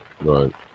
right